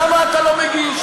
למה אתה לא מגיש?